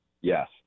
Yes